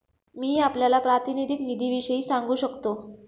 मी आपल्याला प्रातिनिधिक निधीविषयी सांगू शकतो